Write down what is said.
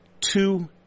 two